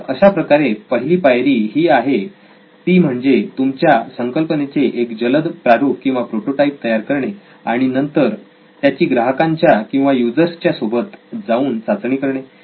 तर अशा प्रकारे पहिली पायरी ही आहे ती म्हणजे तुमच्या संकल्पनेचे एक जलद प्रारूप किंवा प्रोटोटाईप तयार करणे आणि नंतर त्याची ग्राहकांच्या किंवा युजर्स च्या सोबत जाऊन चाचणी करणे